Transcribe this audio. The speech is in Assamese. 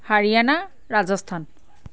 হাৰিয়ানা ৰাজস্থান